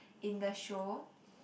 in the show